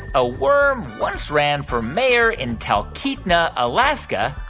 a worm once ran for mayor in talkeetna, alaska,